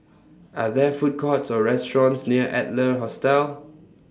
Are There Food Courts Or restaurants near Adler Hostel